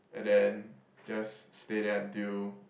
and then just stay there until